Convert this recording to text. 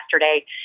yesterday